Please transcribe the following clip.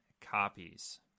copies